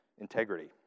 integrity